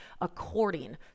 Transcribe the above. according